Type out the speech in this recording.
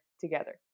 together